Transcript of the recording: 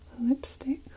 lipstick